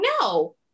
no